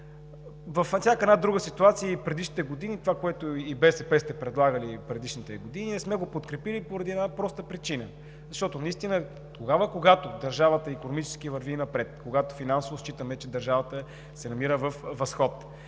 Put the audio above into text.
Във всяка една друга ситуация и в предишните години – това, което БСП сте предлагали, не сме го подкрепили поради една проста причина, че наистина тогава, когато държавата върви икономически напред, когато финансово считаме, че държавата се намира във възход.